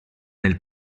nel